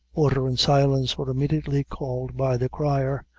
order and silence were immediately called by the crier,